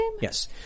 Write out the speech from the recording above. Yes